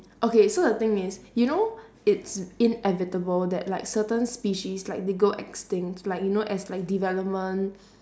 okay so the thing is you know it's inevitable that like certain species like they go extinct like you know as like development